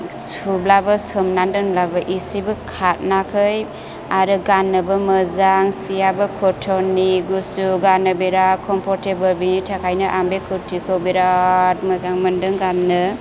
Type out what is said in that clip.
सुब्लाबो सोमना दोनब्लाबो इसेबो खा नाखै आरो गान्नोबो मोजां सियाबो कटननि गुसु गान्नो बिरात कमफर्थेबोल बेनि थाखायनो आं बे कुरथिखौ बिरात मोजां मोनदों गान्नो